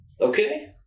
Okay